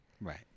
Right